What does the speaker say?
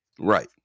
Right